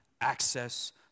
access